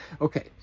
Okay